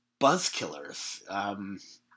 buzzkillers